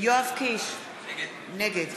יואב קיש, נגד